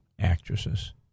actresses